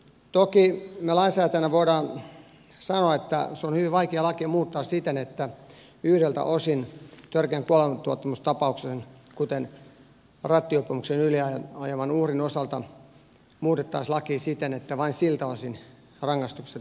toki me lainsäätäjinä voimme sanoa että se on hyvin vaikea laki muuttaa siten että yhdeltä osin törkeän kuolemantuottamustapauksen kuten rattijuopon yliajaman uhrin osalta muutettaisiin laki siten että vain siltä osin rangaistukset nousisivat